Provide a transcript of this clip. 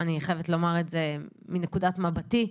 ואני חייבת לומר את זה מנקודת מבטי.